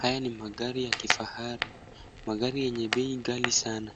Haya ni magari ya kifahari, magari yenye bei ghali sana,